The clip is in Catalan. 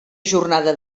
jornada